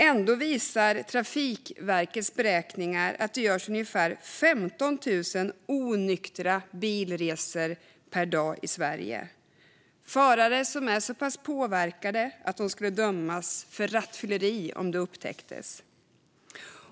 Ändå visar Trafikverkets beräkningar att det görs ungefär 15 000 onyktra bilresor per dag i Sverige. Det handlar om förare som är så pass påverkade att de skulle dömas för rattfylleri om de upptäcktes.